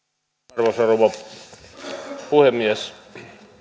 arvoisa rouva puhemies